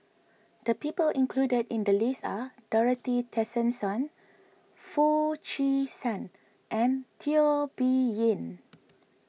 the people included in the list are Dorothy Tessensohn Foo Chee San and Teo Bee Yen